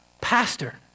pastor